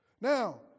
Now